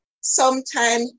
sometime